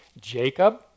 Jacob